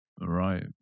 Right